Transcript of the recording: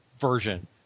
version